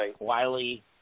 Wiley